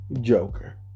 Joker